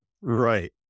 Right